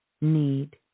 need